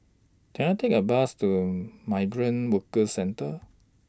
Can I Take A Bus to Migrant Workers Centre